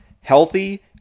healthy